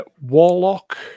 Warlock